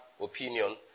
opinion